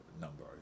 number